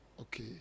okay